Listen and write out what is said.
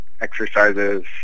exercises